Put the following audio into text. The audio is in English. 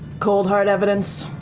cold hard evidence.